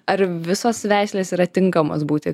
ar visos veislės yra tinkamos būti